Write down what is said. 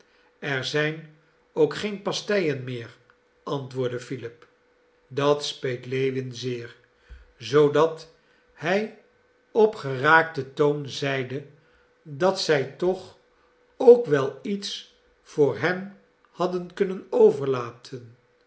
er zijn ook geen pasteien meer antwoordde philip dat speet lewin zeer zoodat hij op geraakten toon zeide dat zij toch ook wel iets voor hem hadden kunnen overlaten